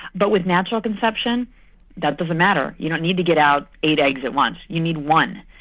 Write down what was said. but with natural conception that doesn't matter, you don't need to get out eight eggs at once, you need one.